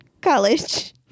college